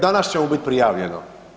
Danas će mu biti prijavljeno.